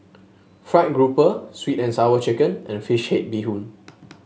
fried grouper sweet and Sour Chicken and fish head Bee Hoon